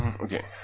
Okay